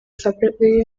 separately